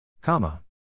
Comma